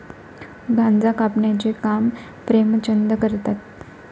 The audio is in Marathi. गांजा कापण्याचे काम प्रेमचंद करतात